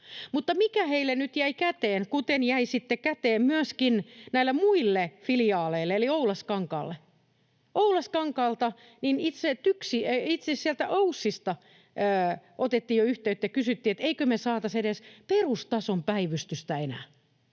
mikä heille nyt jäi käteen, kuten jäi sitten käteen myöskin näille muille filiaaleille eli Oulaskankaalle? Oulaskankaalta, itse sieltä OYSista, otettiin jo yhteyttä ja kysyttiin, että eikö me saataisi edes perustason päivystystä enää,